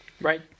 Right